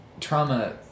trauma